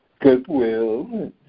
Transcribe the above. goodwill